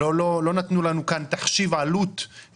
לא נתנו לנו כאן תחשיב עלות,